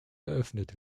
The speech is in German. eröffnet